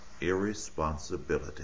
irresponsibility